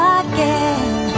again